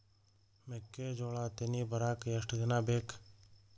ಮೆಕ್ಕೆಜೋಳಾ ತೆನಿ ಬರಾಕ್ ಎಷ್ಟ ದಿನ ಬೇಕ್?